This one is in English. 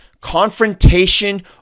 confrontation